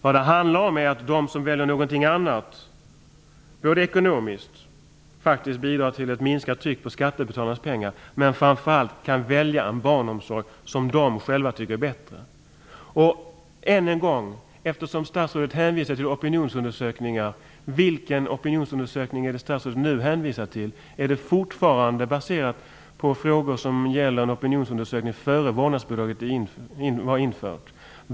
Vad det handlar om är att de föräldrar som väljer något annat ekonomiskt faktiskt bidrar till ett minskat tryck när det gäller skattebetalarnas pengar. Men framför allt kan de här föräldrarna välja en barnomsorg som de tycker är en bättre barnomsorgsform. Eftersom statsrådet hänvisar till opinionsundersökningar undrar jag: Vilken opinionsundersökning hänvisar statsrådet nu till? Är det hela fortfarande baserat på frågor som gäller en opinionsundersökning gjord innan vårdnadsbidraget var infört?